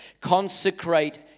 consecrate